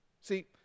See